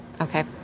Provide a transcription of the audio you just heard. Okay